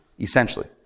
essentially